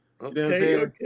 Okay